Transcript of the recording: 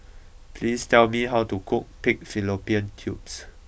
please tell me how to cook Pig Fallopian Tubes